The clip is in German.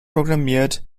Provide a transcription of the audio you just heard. programmiert